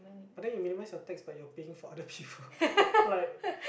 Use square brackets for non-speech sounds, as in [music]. but then you may minimize your tax but you're paying for [breath] other people like